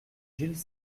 gilles